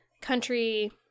country